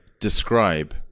describe